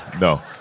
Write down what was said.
no